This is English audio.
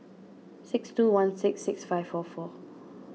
six two one six six five four four